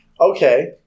Okay